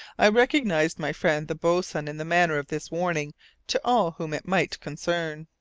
i recognized my friend the boatswain in the manner of this warning to all whom it might concern.